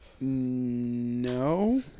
no